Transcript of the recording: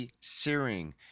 Searing